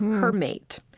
her mate.